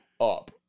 up